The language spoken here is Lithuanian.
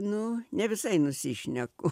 nu ne visai nusišneku